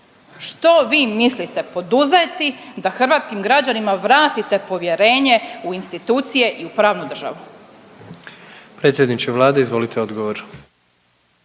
Što vi mislite poduzeti da hrvatskih građanima vratite povjerenje u institucije i u pravnu državu? **Jandroković, Gordan